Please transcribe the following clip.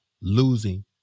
losing